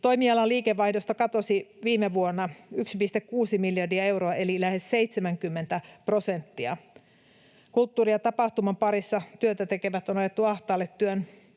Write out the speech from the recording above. Toimialan liikevaihdosta katosi viime vuonna 1,6 miljardia euroa eli lähes 70 prosenttia. Kulttuuri- ja tapahtuma-alan parissa työtä tekevät on ajettu ahtaalle työn